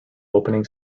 opening